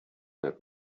that